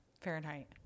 Fahrenheit